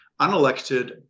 unelected